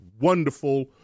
wonderful